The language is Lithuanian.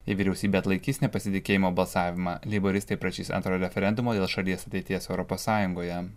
jei vyriausybė atlaikys nepasitikėjimo balsavimą leiboristai prašys antro referendumo dėl šalies ateities europos sąjungoje